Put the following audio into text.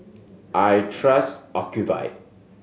I trust Ocuvite